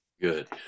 good